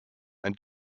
and